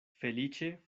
feliĉe